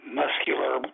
muscular